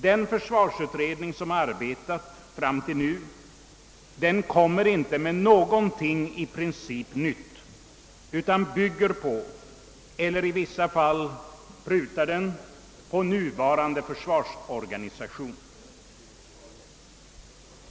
Den försvarsutredning som «arbetat fram till nu kommer inte med någonting i princip nytt utan bygger på, eller prutar i vissa fall på, den nuvarande försvarsorganisationen.